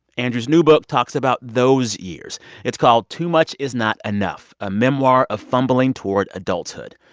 andrew's new book talks about those years. it's called too much is not enough a memoir of fumbling toward adulthood.